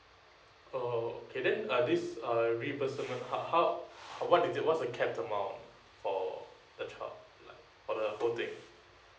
oh okay then uh this uh reimbursement how how what is what's the capped amount or the twelve like for the whole thing